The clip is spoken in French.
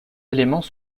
éléments